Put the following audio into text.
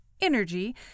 energy—